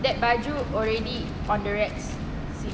that baju already on the rack since